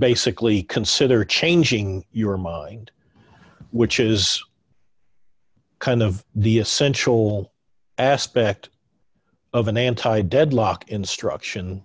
basically consider changing your mind which is kind of the essential aspect of an anti deadlock instruction